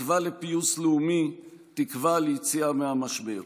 תקווה לפיוס לאומי, תקווה ליציאה מהמשבר.